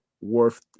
worth